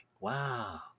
wow